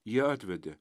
jie atvedė